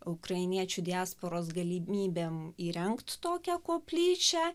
ukrainiečių diasporos galimybėm įrengt tokią koplyčią